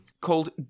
Called